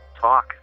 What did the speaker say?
talk